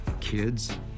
kids